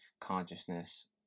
consciousness